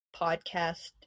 Podcast